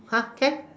!huh! can